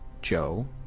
Joe